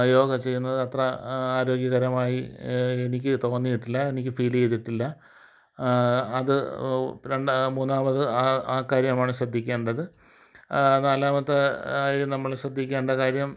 യോഗ ചെയ്യുന്നത് അത്ര ആരോഗ്യകരമായി എനിക്ക് തോന്നിയിട്ടില്ല എനിക്ക് ഫീൽ ചെയ്തിട്ടില്ല അത് രണ്ടാമത് മൂന്നാമത് ആ ആ കാര്യമാണ് ശ്രദ്ധിക്കേണ്ടത് നാലാമത് ആയി നമ്മൾ ശ്രദ്ധിക്കേണ്ട കാര്യം